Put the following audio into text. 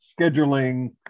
scheduling